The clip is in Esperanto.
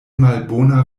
malbona